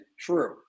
true